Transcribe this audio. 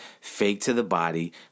fake-to-the-body